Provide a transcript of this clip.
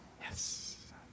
Yes